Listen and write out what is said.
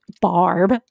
barb